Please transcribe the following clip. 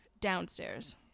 downstairs